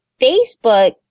Facebook